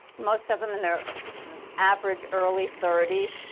most of them in their average early thirty so